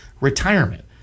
retirement